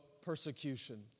persecution